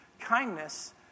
Kindness